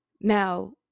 Now